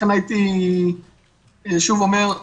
לכן הייתי שוב אומר,